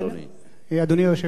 אדוני היושב-ראש,